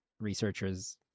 Researchers